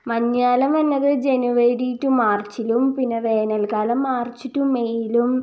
മഞ്ഞ് കാലം വന്നത് ജനുവരി ടു മാർച്ചിലും പിന്നെ വേനൽക്കാലം മാർച്ച് ടു മെയ്യിലും